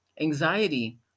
Anxiety